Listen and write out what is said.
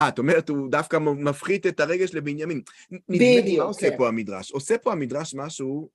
אה, את אומרת הוא דווקא מפחית את הרגש לבנימין. בדיוק. מה עושה פה המדרש? עושה פה המדרש משהו...